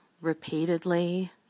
repeatedly